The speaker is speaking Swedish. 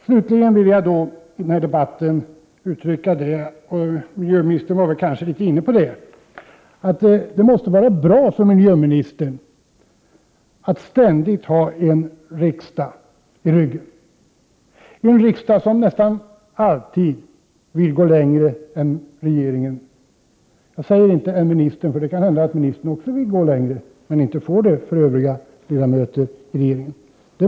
Slutligen vill jag i denna debatt framhålla — något som också miljöministern var inne på — att det måste vara bra för miljöministern att bakom sig ha en riksdag som nästan alltid vill gå längre än regeringen vill — jag säger inte ”än ministern vill”, för det kan hända att också ministern vill gå längre men inte får göra det för övriga ledamöter i regeringen.